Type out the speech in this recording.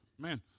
man